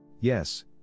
Yes